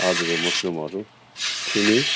हजुर मसरूमहरू सिमी